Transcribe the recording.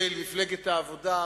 הכתובת.